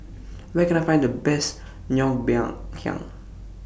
Where Can I Find The Best Ngoh Hiang